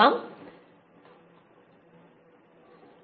கடந்த 3 4 ஸ்லைடுகளிலிருந்து இது வருகிறது